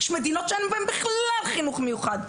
יש מדינות שאין בהן בכלל חינוך מיוחד.